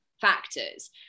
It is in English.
factors